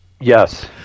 Yes